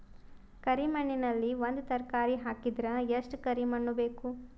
ಕರಿ ಮಣ್ಣಿನಲ್ಲಿ ಒಂದ ತರಕಾರಿ ಹಾಕಿದರ ಎಷ್ಟ ಕರಿ ಮಣ್ಣು ಬೇಕು?